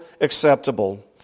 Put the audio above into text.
acceptable